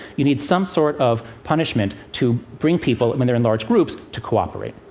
you need some sort of punishment to bring people, when they're in large groups, to cooperate.